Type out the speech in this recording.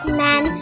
man